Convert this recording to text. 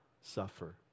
suffer